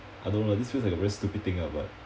I don't know lah this feels like a very stupid thing ah but